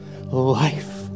life